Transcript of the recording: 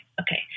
Okay